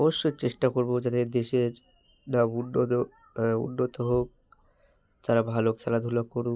অবশ্যই চেষ্টা করব যাদের দেশের নাম উন্নত উন্নত হোক তারা ভালো খেলাধুলা করুক